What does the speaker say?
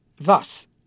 thus